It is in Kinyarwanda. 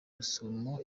rusumo